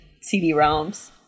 CD-ROMs